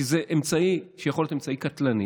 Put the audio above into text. כי זה אמצעי שיכול להיות אמצעי קטלני,